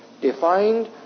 defined